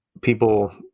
people